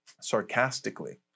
sarcastically